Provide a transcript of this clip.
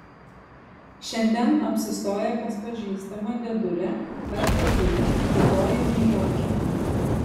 šiandien apsistoję pas pažįstamą dėdulę ar tetulę rytoj jau niujorke